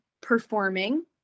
performing